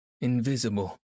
invisible